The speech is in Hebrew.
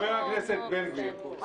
חבר הכנסת בן גביר,